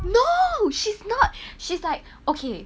no she's not she's like okay